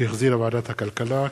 שהחזירה ועדת הכלכלה.